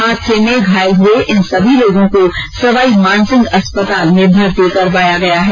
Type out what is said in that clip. हादसे में घायल हुये इन सभी लोगों को सवाईमानसिंह अस्पताल में भर्ती कराया गया है